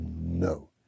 no